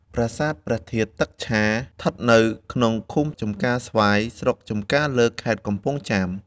ប្រាសាទ ព្រះធាតុទឹកឆា ឋិតនៅក្នុងឃុំចំការស្វាយ ស្រុកចំការលើ ខេត្ត កំពង់ចាម ។